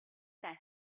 that